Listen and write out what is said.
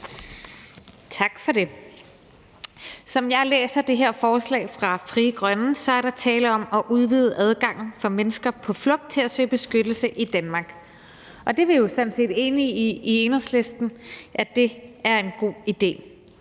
Tak for det. Som jeg læser det her forslag fra Frie Grønne, er der tale om at udvide adgangen for mennesker på flugt til at søge beskyttelse i Danmark. Vi er i Enhedslisten sådan set enige i, at det er en god idé.